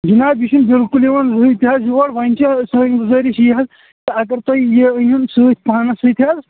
جِناب یہِ چھُنہٕ بالکُل یِوان زٕہٕنۍ یِوان یور وۄنۍ چھِ سٲنۍ گُزٲرِش یِی حظ کہِ اگر تۄہہِ یہِ أنۍ ہُن سۭتۍ پانَس سۭتۍ حظ